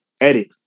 edit